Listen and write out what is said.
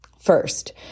First